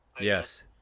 Yes